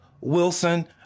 Wilson